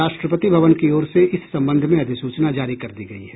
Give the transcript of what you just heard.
राष्ट्रपति भवन की ओर से इस संबंध में अधिसूचना जारी कर दी गयी है